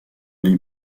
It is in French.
les